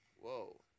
Whoa